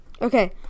Okay